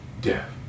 death